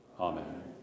Amen